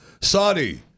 Saudi